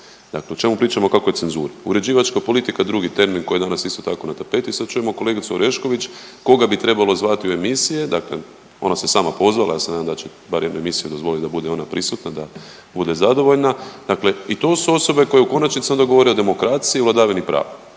dakle o čemu pričamo o kakvoj cenzuri. Uređivačka politika, drugi termin koji je danas isto tako na tapeti, sad čujemo kolegicu Orešković koga bi trebalo zvati u emisije, dakle ona se sama pozvala, ja se nadam da će bar jednu emisiju dozvolit da bude ona prisutna, da bude zadovoljna, dakle i to su osobe koje u konačnici onda govore o demokraciji i vladavini prava,